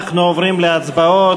אנחנו עוברים להצבעות.